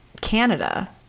Canada